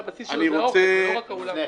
הבסיס שלו זה האוכל ולא רק האולם.